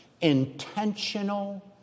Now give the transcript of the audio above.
intentional